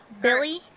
Billy